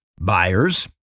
buyers